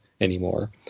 anymore